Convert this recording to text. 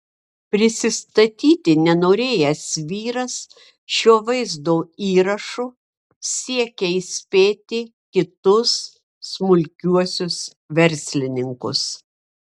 prisistatyti nenorėjęs vyras šiuo vaizdo įrašu siekia įspėti kitus smulkiuosius verslininkus